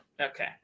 Okay